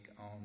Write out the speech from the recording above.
on